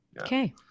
Okay